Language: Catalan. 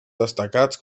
destacats